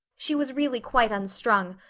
she was really quite unstrung,